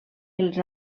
els